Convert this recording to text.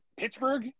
Pittsburgh